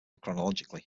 chronologically